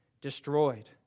destroyed